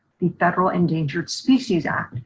the federal endangered species act.